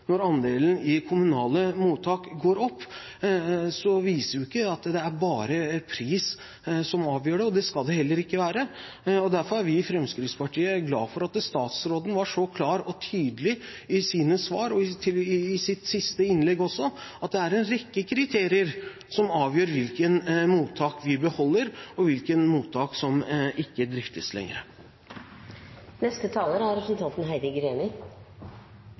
Når andelen beboere i ideelle mottak går opp, og når andelen i kommunale mottak går opp, viser det at det ikke bare er pris som avgjør, og det skal det heller ikke være. Derfor er vi i Fremskrittspartiet glad for at statsråden var så klar og tydelig i sine svar og i sitt siste innlegg også på at det er en rekke kriterier som avgjør hvilke mottak vi beholder, og hvilke mottak som ikke driftes